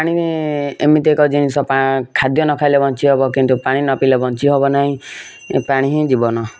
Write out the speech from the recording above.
ପାଣି ଏମିତି ଏକ ଜିନିଷ ପା ଖାଦ୍ୟ ନଖାଇଲେ ବଞ୍ଚି ହବ କିନ୍ତୁ ପାଣି ନ ପିଇଲେ ବଞ୍ଚି ହେବ ନାହିଁ ପାଣି ହିଁ ଜୀବନ